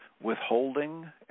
withholding